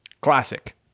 Classic